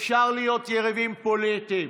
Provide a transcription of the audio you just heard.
אפשר להיות יריבים פוליטיים,